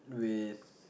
with